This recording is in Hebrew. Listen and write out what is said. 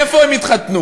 איפה הם יתחתנו?